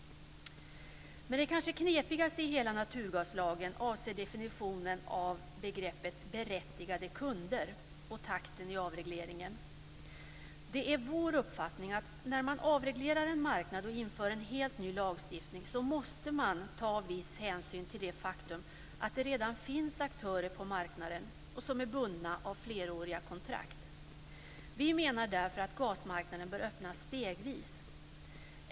Det kanske knepigaste i hela naturgaslagen avser definitionen av "berättigade kunder" och takten i avregleringen. Det är vår uppfattning att när man avreglerar en marknad och inför en helt ny lagstiftning måste viss hänsyn tas till det faktum att det redan finns aktörer på marknaden som är bundna av fleråriga kontrakt. Vi menar därför att gasmarknaden bör öppnas stegvis.